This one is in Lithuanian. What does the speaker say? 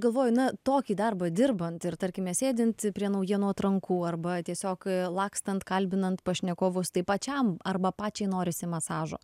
galvoju na tokį darbą dirbant ir tarkime sėdint prie naujienų atrankų arba tiesiog lakstant kalbinant pašnekovus tai pačiam arba pačiai norisi masažo